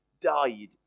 died